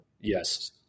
Yes